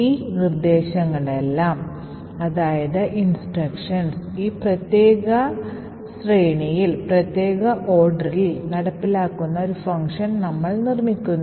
ഈ നിർദ്ദേശങ്ങളെല്ലാം ഈ പ്രത്യേക ശ്രേണിയിൽ നടപ്പിലാക്കുന്ന ഒരു ഫംഗ്ഷൻ നമ്മൾ നിർമ്മിക്കുന്നു